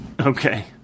Okay